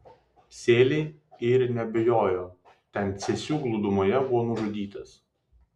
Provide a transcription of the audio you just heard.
sėliai ir neabejojo ten cėsių glūdumoje buvo nužudytas